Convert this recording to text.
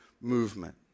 movement